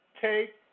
take